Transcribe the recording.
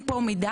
אין אנגלית,